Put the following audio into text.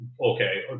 Okay